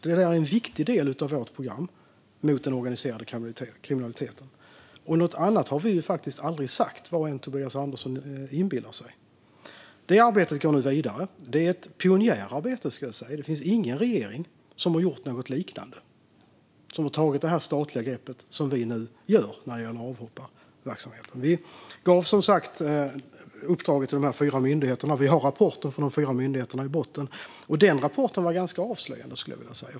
Det är en viktig del av vårt program mot den organiserade kriminaliteten. Något annat har vi faktiskt aldrig sagt, vad än Tobias Andersson inbillar sig. Det arbetet går nu vidare. Det är ett pionjärarbete, ska jag säga. Det finns ingen regering som har gjort något liknande och tagit ett sådant statligt grepp som vi nu tar när det gäller avhopparverksamhet. Vi gav, som sagt, ett uppdrag till fyra myndigheter. Vi har rapporten från de fyra myndigheterna i botten, och den rapporten var ganska avslöjande.